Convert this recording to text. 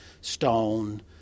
stone